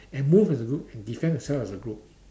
and move as a group and defend themselves as a group